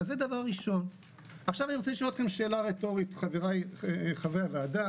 שנית, משפט שנאמר